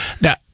now